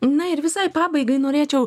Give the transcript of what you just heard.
na ir visai pabaigai norėčiau